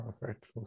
Perfect